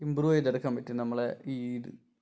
improve ചെയ്തെടുക്കാൻ പറ്റും നമ്മളുടെ ഈ ഇത്